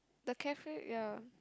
the cafe ya